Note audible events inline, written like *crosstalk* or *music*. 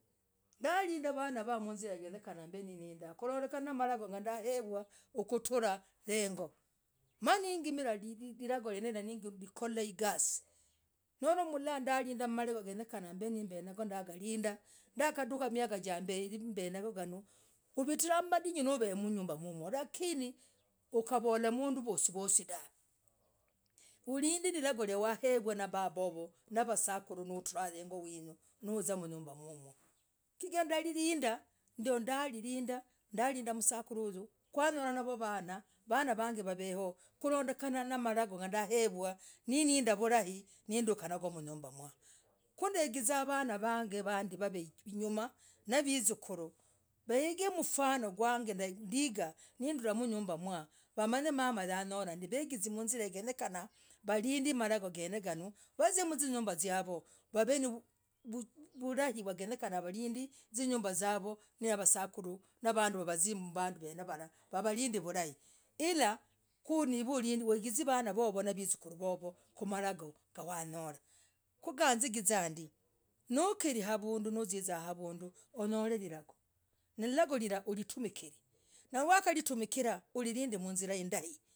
Ndaalindah vanaa vaaa mzilagenyenah. mbenalinda, kurondekanah narelevwah! Kutrah heng'oo, manigimilah. lilagooyenee. Hira n *hesitation* gikorerah izasii. no. ndakalinda mlangoo. ndagalindah. ndagatuka. miaga, njambeii, kuvitirah, mmdinyu. nauv *hesitation* mnyumbah mmmmwo. lakini ukavolah mduu vosii, vosii. dahv *hesitation* ulindelilagoo noo! Wakagewah, nababah wooooiiiii nautrah heng'oo. winyuu. nauzimmbah mmmmwo, chigirah ndaalindah ndio ndaalindah ndaalindah msakuru. huyoo, kwanyalah navoo, vanaa, vanaa vag *hesitation* waveo, kulondekena malogoondahevwah. ninindah vulai. needukah nagoo, mnyumbah. ku. ndegizaa vanaa vag *hesitation* vandii wav *hesitation* inyumah navisukuru. vaig *hesitation* mfano, gwahge. naiigaa. nee. ndulah, mnyumbah mwaaaah. wamanye mamah. wanyolah ndii. vegezii mwizira walind *hesitation* maganogen *hesitation* gano. navazia mzinyumbah viao. wavenivulai yenyeka wave navulai yenyekah walind *hesitation* vasukuru wavooh. hawalinde vulai hilah! Hugizevanaa vovoo navandii kugagizirah, ndiii nohkirihavunduu huranyalah. rilagoo, rilagoo. rirahutumikire navatumikiria ulindeekuzilah. indai.